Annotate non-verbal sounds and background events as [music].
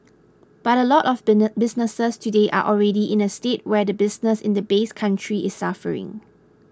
but a lot of [unintelligible] businesses today are already in a state where the business in the base country is suffering